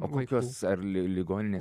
o kokios ar li ligoninės